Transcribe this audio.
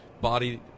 body